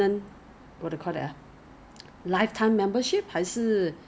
oh you didn't know ah that was a few years ago lah five six seven years ago